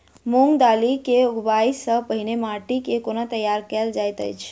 मूंग दालि केँ उगबाई सँ पहिने माटि केँ कोना तैयार कैल जाइत अछि?